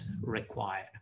required